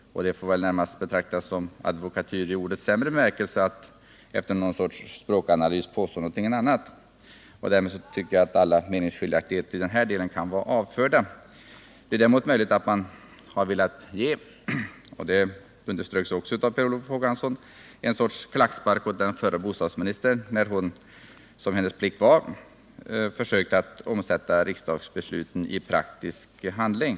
Det får väl närmast betraktas som advokatyr i ordets sämre bemärkelse att efter någon sorts språkanalys påstå något annat. Därmed tycker jag att alla meningsskiljaktigheter i den här delen borde vara avförda. Det är däremot möjligt — och det underströks också av Per Olof Håkansson — att man i reservationen 2 har velat ge en sorts klackspark åt den förra bostadsministern när hon — som hennes plikt var — försökt omsätta riksdagsbesluten i praktisk handling.